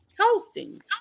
Hosting